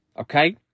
okay